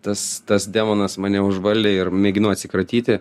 tas tas demonas mane užvaldė ir mėginu atsikratyti